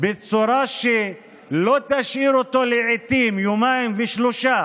בצורה שלא תשאיר אותו לעיתים יומיים ושלושה